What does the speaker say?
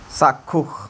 চাক্ষুষ